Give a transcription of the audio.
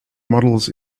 models